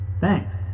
Thanks